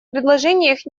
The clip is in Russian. предложениях